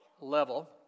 level